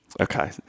Okay